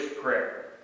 prayer